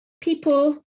people